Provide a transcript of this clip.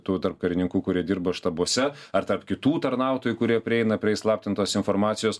tų tarp karininkų kurie dirba štabuose ar tarp kitų tarnautojų kurie prieina prie įslaptintos informacijos